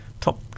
top